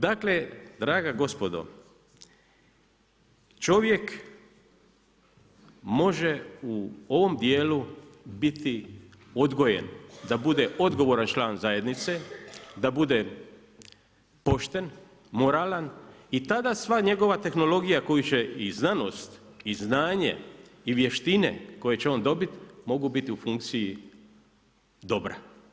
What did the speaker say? Dakle, draga gospodo čovjek može u ovom dijelu biti odgojen da bude odgovoran član zajednice, da bude pošten, moralan i tada sva njegova tehnologija koju će i znanost i znanje i vještine koje će on dobiti mogu biti u funkciji dobra.